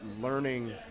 learning